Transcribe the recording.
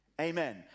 Amen